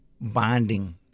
bonding